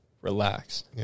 relaxed